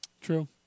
True